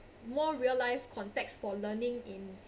more real life context for learning in